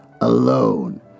alone